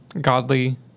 godly